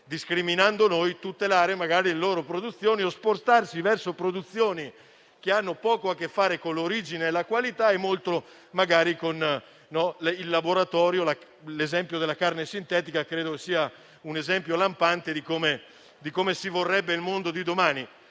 discriminando noi, tutelare magari le loro produzioni o spostarsi verso produzioni che hanno poco a che fare con l'origine e la qualità e molto magari con il laboratorio. Credo che la carne sintetica sia l'esempio lampante di come si vorrebbe il mondo di domani.